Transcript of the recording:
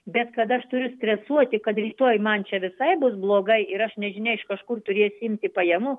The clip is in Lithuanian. bet kad aš turiu stresuoti kad rytoj man čia visai bus blogai ir aš nežinia iš kažkur turėsiu imti pajamų